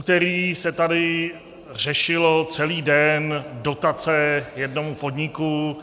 V úterý se tady řešily celý den dotace jednomu podniku.